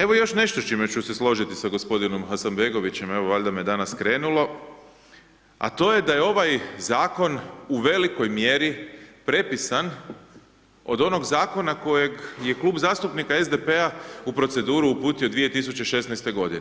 Evo još nešto s čime ću se složiti sa g. Hasanbegovićem, evo valjda me danas krenulo, a to je da je ovaj zakon u velikoj mjeri prepisan od onog zakona kojeg je Klub zastupnika SDP-a u proceduru uputio 2016. g.